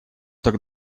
так